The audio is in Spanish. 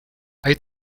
hay